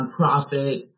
nonprofit